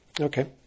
Okay